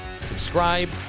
Subscribe